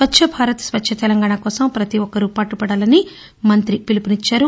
స్వచ్చ భారత్ స్వచ్చ తెలంగాణ కోసం ప్రతి ఒక్కరూ పాటుపడాలని మంతి పిలుఫునిచ్చారు